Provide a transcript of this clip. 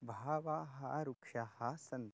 बहवः वृक्षाः सन्ति